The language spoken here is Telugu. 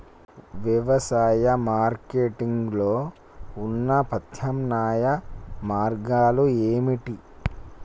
వ్యవసాయ మార్కెటింగ్ లో ఉన్న ప్రత్యామ్నాయ మార్గాలు ఏమిటి?